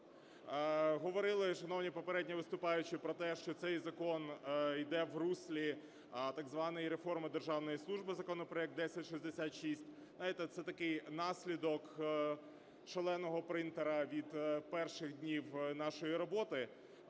Говорили шановні попередні виступаючі про те, що цей закон йде в руслі так званої реформи державної служби (законопроект 1066). Знаєте, це такий наслідок "шаленого принтера" від перших днів нашої роботи,